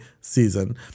season